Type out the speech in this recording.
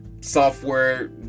software